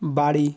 বাড়ি